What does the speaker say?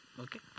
okay